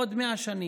בעוד 100 שנים,